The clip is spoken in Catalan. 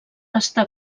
està